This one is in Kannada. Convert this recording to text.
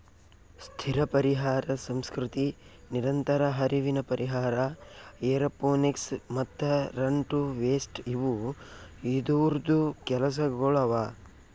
ಸ್ಥಿರ ಪರಿಹಾರ ಸಂಸ್ಕೃತಿ, ನಿರಂತರ ಹರಿವಿನ ಪರಿಹಾರ, ಏರೋಪೋನಿಕ್ಸ್ ಮತ್ತ ರನ್ ಟು ವೇಸ್ಟ್ ಇವು ಇದೂರ್ದು ಕೆಲಸಗೊಳ್ ಅವಾ